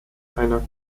einer